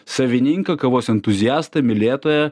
savininką kavos entuziastą mylėtoją